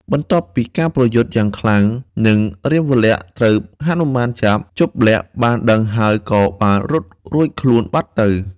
បន្ទាប់ពីការប្រយុទ្ធយ៉ាងខ្លាំង និងរាមលក្សណ៍ត្រូវហនុមានចាប់ ជប្បលក្សណ៍បានដឹងហើយក៏បានរត់រួចខ្លួនបាត់ទៅ។